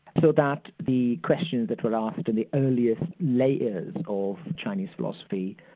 so that the questions that were asked of the earliest layers of chinese philosophy,